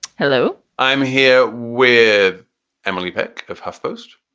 hello. i'm here with emily peck of huff post.